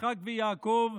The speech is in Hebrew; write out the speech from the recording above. יצחק ויעקב,